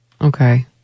Okay